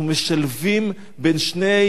אנחנו משלבים בין שני